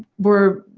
were.